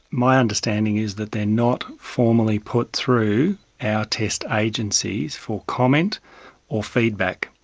my understanding is that they're not formally put through our test agencies for comment or feedback.